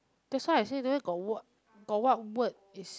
that's why I say there got what got what word is